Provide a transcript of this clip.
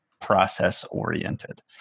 process-oriented